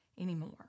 anymore